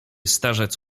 starzec